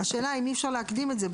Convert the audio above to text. השאלה היא אם אי אפשר להקדים את זה,